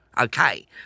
Okay